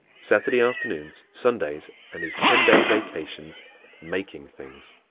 saturday afternoons, sundays and his ten-day vacations making things.